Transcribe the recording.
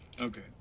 Okay